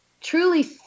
truly